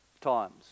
times